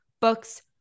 books